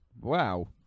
Wow